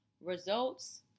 results